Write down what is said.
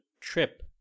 trip